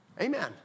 Amen